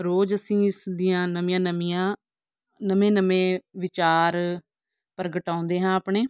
ਰੋਜ਼ ਅਸੀਂ ਇਸ ਦੀਆਂ ਨਵੀਆਂ ਨਵੀਆਂ ਨਵੇਂ ਨਵੇਂ ਵਿਚਾਰ ਪ੍ਰਗਟਾਉਂਦੇ ਹਾਂ ਆਪਣੇ